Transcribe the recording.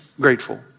Grateful